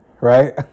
right